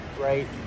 right